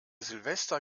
silvester